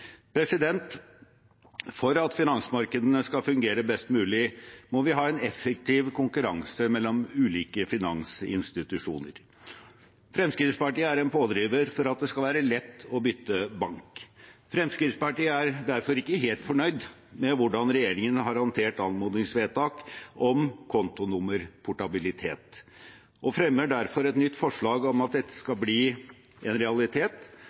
For at finansmarkedene skal fungere best mulig, må vi ha en effektiv konkurranse mellom ulike finansinstitusjoner. Fremskrittspartiet er en pådriver for at det skal være lett å bytte bank. Fremskrittspartiet er derfor ikke helt fornøyd med hvordan regjeringen har håndtert anmodningsvedtak om kontonummerportabilitet, og fremmer derfor et nytt forslag om at dette skal bli en realitet,